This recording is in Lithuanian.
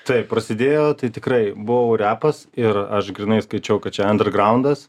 taip prasidėjo tai tikrai buvo repas ir aš grynai skaičiau kad čia andergraundas